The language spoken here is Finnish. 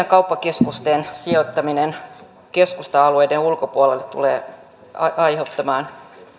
kauppakeskusten sijoittaminen keskusta alueiden ulkopuolelle tulee aiheuttamaan